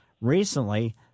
recently